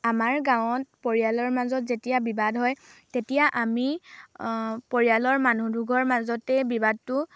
আমাৰ গাঁৱত পৰিয়ালৰ মাজত যেতিয়া বিবাদ হয় তেতিয়া আমি পৰিয়ালৰ মানুহ দুঘৰ মাজতে বিবাদটো